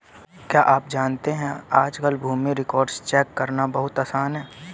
क्या आप जानते है आज कल भूमि रिकार्ड्स चेक करना बहुत आसान है?